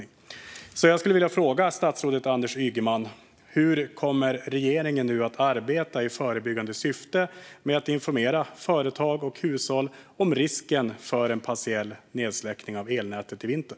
Jag skulle därför vilja fråga statsrådet Anders Ygeman hur regeringen nu i förebyggande syfte kommer att arbeta med att informera företag och hushåll om risken för en partiell nedsläckning av elnätet i vinter.